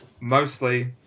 mostly